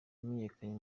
yamenyekanye